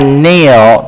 kneel